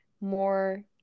more